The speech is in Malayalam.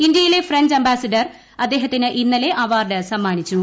ഇന്തൃയിലെ ഫ്രഞ്ച് അംബാസിഡർ അദ്ദേഹത്തിന് ഇന്നലെ അവാർഡ് സമ്മാനിച്ചു